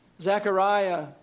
Zachariah